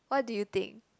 what do you think